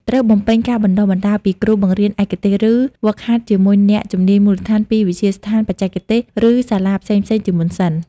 ត្រូវបំពេញការបណ្ដុះបណ្ដាលពីគ្រូបង្រៀនឯកទេស ឬហ្វឹកហាត់ជាមួយអ្នកជំនាញមូលដ្ឋានពីវិទ្យាស្ថានបច្ចេកទេស ឬសាលាផ្សេងៗជាមុនសិន។